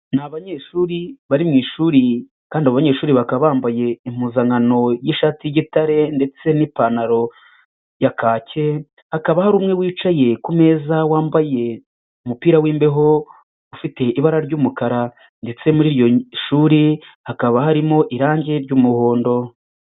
Ni abanyeshuri bari mu ishuri kandi abanyeshuri bakaba bambaye impuzankano y'ishati y'igitare ndetse n'ipantaro ya kake, hakaba hari umwe wicaye ku meza wambaye umupira w'imbeho ufite ibara ry'umukara, ndetse muri iryo shuri hakaba harimo irangi ry'umuhondo.